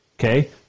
Okay